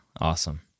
Awesome